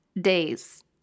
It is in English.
days